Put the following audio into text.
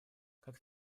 как